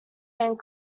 hand